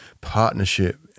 partnership